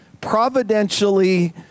providentially